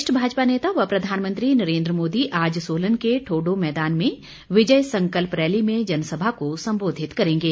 वरिष्ठ भाजपा नेता व प्रधानमंत्री नरेंद्र मोदी आज सोलन के ठोडो मैदान में विजय संकल्प रैली में जनसभा को सम्बोधित करेंगे